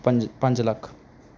ਪੰਜ ਪੰਜ ਲੱਖ